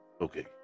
Okay